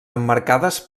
emmarcades